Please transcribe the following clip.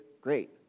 Great